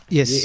Yes